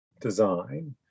design